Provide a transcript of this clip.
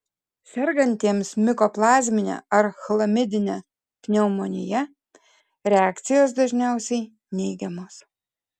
sergantiems mikoplazmine ar chlamidine pneumonija reakcijos dažniausiai neigiamos